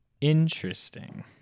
Interesting